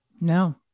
No